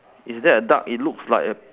is that a duck it looks like a